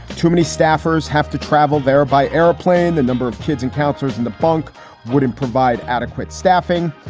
too many staffers have to travel there by airplane. the number of kids and counselors in the bunk wouldn't provide adequate staffing.